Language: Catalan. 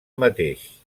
mateix